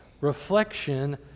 Reflection